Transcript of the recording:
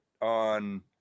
on